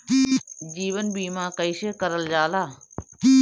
जीवन बीमा कईसे करल जाला?